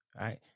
right